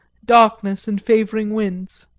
darkness and favouring winds.